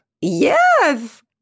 Yes